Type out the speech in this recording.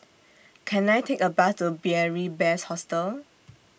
Can I Take A Bus to Beary Best Hostel